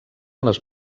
les